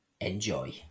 enjoy